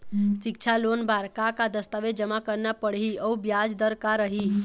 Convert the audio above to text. सिक्छा लोन बार का का दस्तावेज जमा करना पढ़ही अउ ब्याज दर का रही?